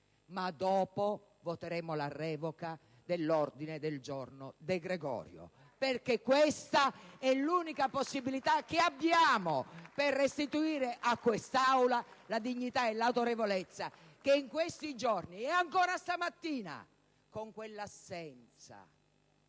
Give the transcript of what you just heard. ma dopo voteremo la revoca dell'ordine del giorno De Gregorio *(Applausi dal Gruppo PD)*, perché questa è l'unica possibilità che abbiamo per restituire a quest'Aula la dignità e l'autorevolezza che in questi giorni, e ancora stamattina con quell'assenza,